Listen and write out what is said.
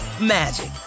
magic